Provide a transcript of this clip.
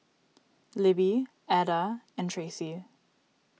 Libby Adda and Tracey